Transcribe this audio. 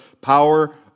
power